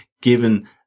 given